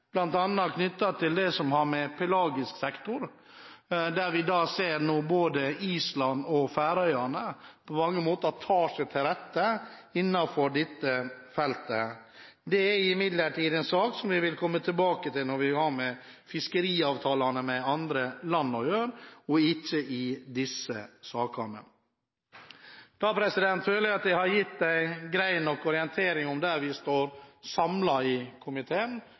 pelagisk sektor, der nå både Island og Færøyene på mange måter tar seg til rette innenfor dette feltet. Det er imidlertid en sak som vi vil komme tilbake til når vi har med fiskeriavtalene med andre land å gjøre, og ikke i disse sakene. Da føler jeg at jeg har gitt en grei nok orientering om det vi står samlet om i komiteen,